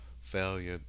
Failure